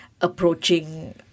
approaching